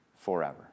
forever